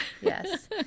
yes